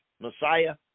Messiah